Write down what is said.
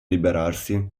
liberarsi